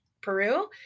Peru